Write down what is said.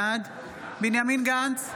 בעד בנימין גנץ,